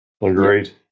Agreed